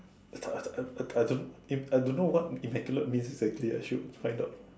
I th~ I th~ I I don't eh I don't know what immaculate means exactly I should find out